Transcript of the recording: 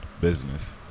business